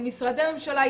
משרדי ממשלה,